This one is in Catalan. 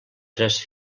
tres